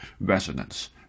Resonance